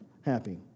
happy